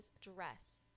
dress